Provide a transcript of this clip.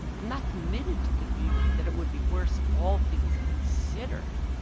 i'm not committed to the view that it would be worse all things considered,